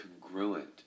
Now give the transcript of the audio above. congruent